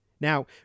Now